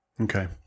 Okay